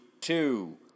two